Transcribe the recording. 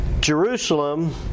Jerusalem